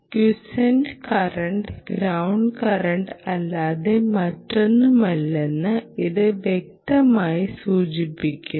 quiescent current ground current അല്ലാതെ മറ്റൊന്നുമല്ലെന്ന് ഇത് വ്യക്തമായി സൂചിപ്പിക്കുന്നു